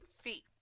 feet